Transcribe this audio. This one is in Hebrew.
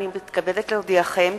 הנני מתכבדת להודיעכם,